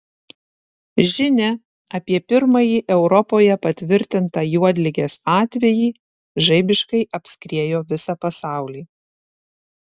žinia apie pirmąjį europoje patvirtintą juodligės atvejį žaibiškai apskriejo visą pasaulį